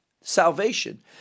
salvation